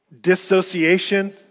dissociation